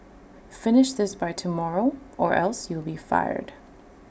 finish this by tomorrow or else you'll be fired